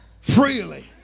Freely